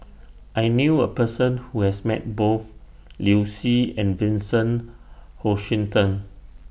I knew A Person Who has Met Both Liu Si and Vincent Hoisington